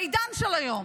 בעידן של היום,